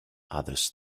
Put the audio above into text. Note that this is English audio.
others